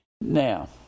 Now